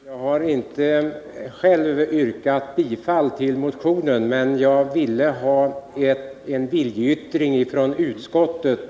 Herr talman! Jag har inte själv yrkat bifall till motionen, men jag ville få en viljeyttring från utskottet,